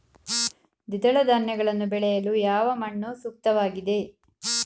ದ್ವಿದಳ ಧಾನ್ಯಗಳನ್ನು ಬೆಳೆಯಲು ಯಾವ ಮಣ್ಣು ಸೂಕ್ತವಾಗಿದೆ?